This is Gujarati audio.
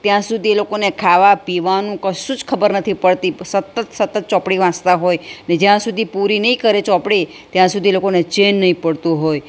ત્યાં સુધી એ લોકોને ખાવા પીવાનું કશું જ ખબર નથી પડતી સતત સતત ચોપડી વાંચતાં હોય ને જ્યાં સુધી પૂરી નહીં કરે ચોપડી ત્યાં સુધી એ લોકોને ચેન નહીં પડતું હોય